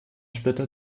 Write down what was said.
splitter